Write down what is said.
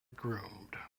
groomed